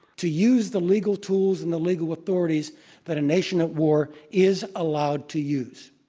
to use the legal tools and the legal authorities that a nation at war is allowed to use.